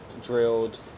drilled